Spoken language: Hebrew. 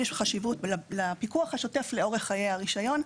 אז, כן יש חשיבות לפיקוח השוטף לאורך חיי הרישיון.